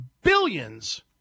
billions